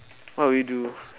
what will you do